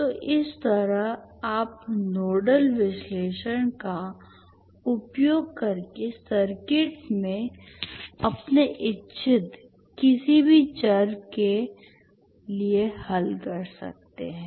तो इस तरह आप नोडल विश्लेषण का उपयोग करके सर्किट में अपने इच्छित किसी भी चर के लिए हल कर सकते हैं